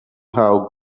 how